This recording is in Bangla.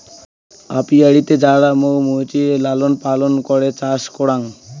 অপিয়ারীতে যারা মৌ মুচির লালন পালন করে চাষ করাং